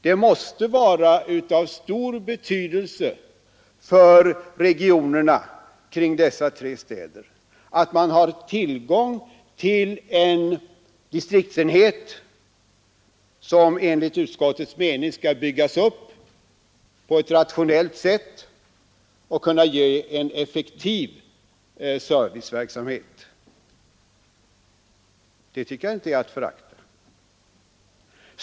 Det måste vara av stor betydelse för regionerna kring dessa tre städer att ha tillgång till en distriktsenhet, som enligt utskottets mening skall byggas upp på ett rationellt sätt och kunna ge en effektiv service. Det tycker jag inte är att förakta.